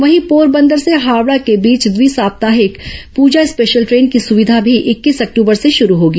वहीं पोरबंदर से हावड़ा के बीच द्वि साप्ताहिक पूजा स्पेशल ट्रेन की सुविधा भी इक्कीस अक्टूबर से शुरू होगी